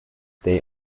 they